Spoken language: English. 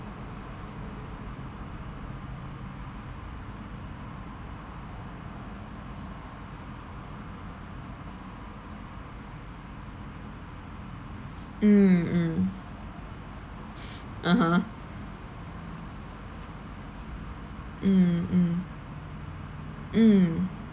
mm mm ah !huh! mm mm mm